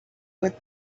with